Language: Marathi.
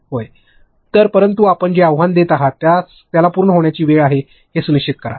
होय तर परंतु आपण जे आव्हान देत आहात त्याला पूर्ण होण्याची वेळ आहे हे सुनिश्चित करा